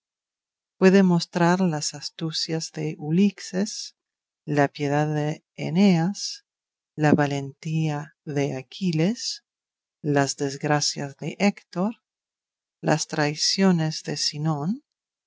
puede mostrar las astucias de ulixes la piedad de eneas la valentía de aquiles las desgracias de héctor las traiciones de sinón